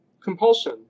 compulsion